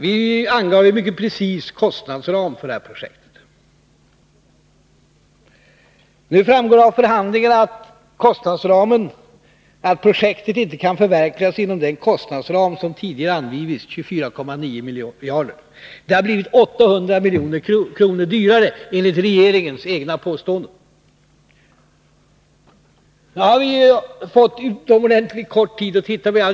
Vi angav en mycket precis kostnadsram för det här projektet. Nu framgår det av förhandlingarna att projektet inte kan förverkligas inom den kostnadsram som tidigare angivits — 24,9 miljarder. Det har blivit 800 milj.kr. dyrare, enligt regeringens egna påståenden. Vi har ju fått utomordentligt kort tid på oss för att se på detta.